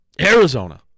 Arizona